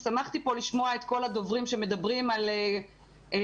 שמחתי פה לשמוע את כל הדוברים שמדברים על גמישות